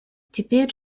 теперь